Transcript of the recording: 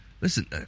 listen